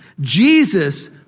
Jesus